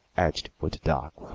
edged with dark